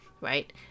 right